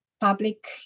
public